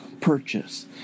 purchase